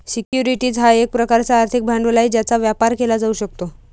securities हा एक प्रकारचा आर्थिक भांडवल आहे ज्याचा व्यापार केला जाऊ शकतो